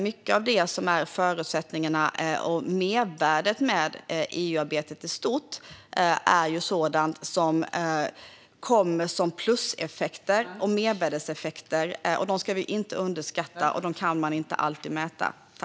Mycket av det som är förutsättningarna för och mervärdet med EU-arbetet i stort är ju sådant som kommer som pluseffekter och mervärdeseffekter. Detta ska vi inte underskatta, och detta kan man inte alltid mäta.